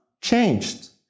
changed